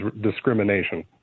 discrimination